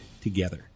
together